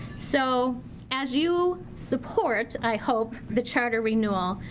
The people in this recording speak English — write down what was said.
so as you support, i hope, the charter renewal.